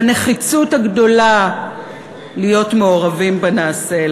בנחיצות הגדולה להיות מעורבים בנעשה,